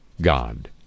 God